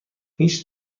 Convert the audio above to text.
هیچ